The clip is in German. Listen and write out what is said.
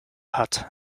hat